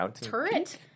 turret